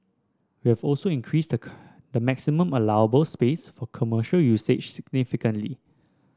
we have also increased the maximum allowable space for commercial usage significantly